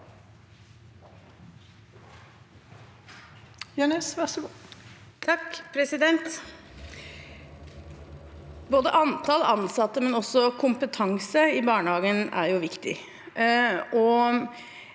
Både antall ansat- te og kompetanse i barnehagen er viktig.